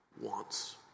wants